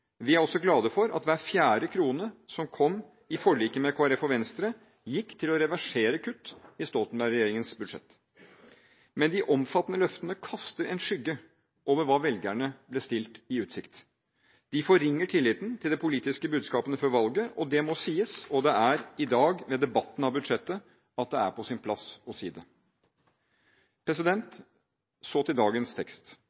Vi er også glade for at hver fjerde krone som kom i forliket med Kristelig Folkeparti og Venstre, gikk til å reversere kutt i Stoltenberg-regjeringens budsjett. Men de omfattende løftene kaster en skygge over hva velgerne ble stilt i utsikt. De forringer tilliten til de politiske budskapene før valget. Det må sies, og det er i dag, under debatten av budsjettet, at det er på sin plass å si